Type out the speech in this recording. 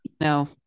No